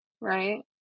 right